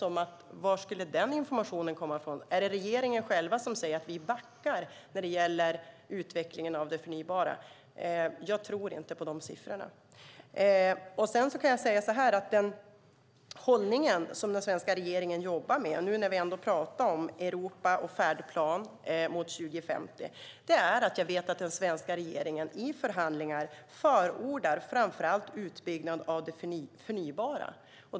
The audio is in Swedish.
Var skulle den informationen komma från? Är det regeringen själv som säger att man backar när det gäller utvecklingen av det förnybara? Jag tror inte på dessa siffror. När vi nu talar om Europa och Energifärdplan för 2050 kan jag säga att jag vet att den svenska regeringen i förhandlingar förordar framför allt utbyggnad av det förnybara.